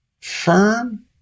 firm